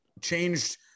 changed